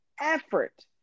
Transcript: effort